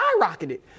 skyrocketed